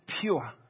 pure